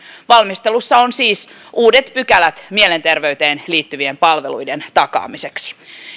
valmistelussa on siis uudet pykälät mielenterveyteen liittyvien palveluiden takaamiseksi